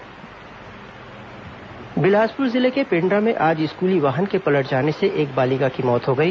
दुर्घटना बिलासुपर जिले के पेंड्रा में आज स्कूली वाहन के पलट जाने से एक बालिका की मौत हो गई